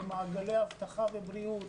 במעגלי אבטחה ובריאות,